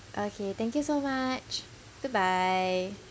okay thank you so much goodbye